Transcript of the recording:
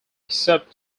accept